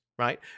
Right